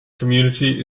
community